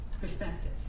Perspective